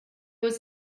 was